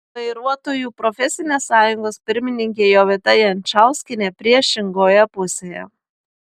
vairuotojų profesinė sąjungos pirmininkė jovita jančauskienė priešingoje pusėje